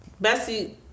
Bessie